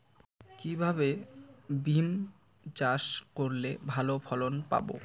কিভাবে বিম চাষ করলে ভালো ফলন পাব?